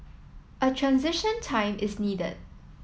a transition time is needed